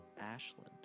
Ashland